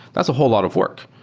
that's a whole lot of work,